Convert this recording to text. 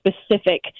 specific